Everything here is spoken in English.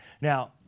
Now